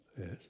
Yes